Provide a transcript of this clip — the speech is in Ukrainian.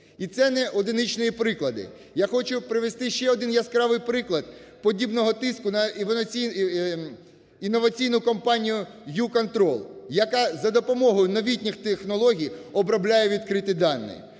І це не одиничні приклади. Я хочу привести ще один яскравий приклад подібного тиску на інноваційну компанію "Ю-КОНТРОЛ", яка за допомогою новітніх технологій обробляє відкриті дані.